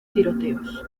tiroteos